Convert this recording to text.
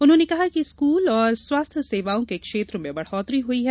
उन्होंने कहा कि स्कूल और स्वास्थ्य सेवाओं के क्षेत्र में बढोत्तरी हुई है